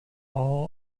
all